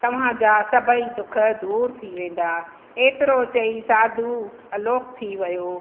तव्हांजा सभेई दुख दूरि थी वेंदा एतिरो चई साधु अलोक थी वियो